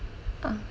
uh